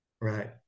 Right